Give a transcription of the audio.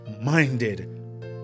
minded